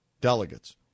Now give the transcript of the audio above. delegates